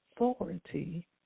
authority